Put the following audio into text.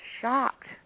shocked